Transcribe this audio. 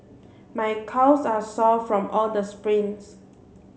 my calves are sore from all the sprints